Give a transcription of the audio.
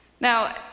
Now